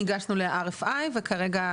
הגשנו ל-RFI וכרגע,